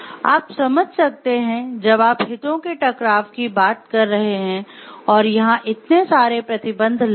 आप समझ सकते हैं जब आप हितों के टकराव की बात कर रहे हैं और यहाँ इतने सारे प्रतिबंध लगे हैं